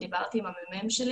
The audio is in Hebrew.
דיברתי עם המ"מ שלי